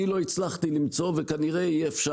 אני לא הצלחתי למצוא וכנראה אי אפשר.